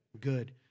Good